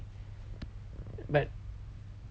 but